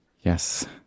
Yes